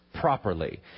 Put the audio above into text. properly